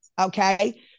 Okay